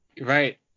right